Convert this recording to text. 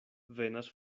venas